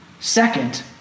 Second